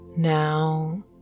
Now